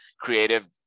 creative